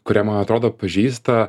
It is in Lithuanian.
kurią man atrodo pažįsta